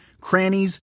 crannies